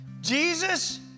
Jesus